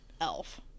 Elf